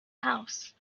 house